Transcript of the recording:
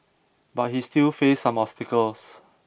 but he still faced some obstacles